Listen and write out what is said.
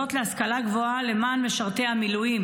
במוסדות להשכלה גבוהה למען משרתי המילואים,